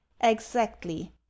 Exactly